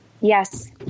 Yes